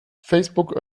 facebook